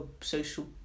social